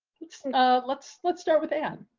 let's ah let's let's start with them.